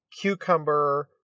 cucumber